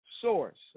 Source